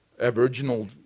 Aboriginal